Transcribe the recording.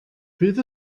fydd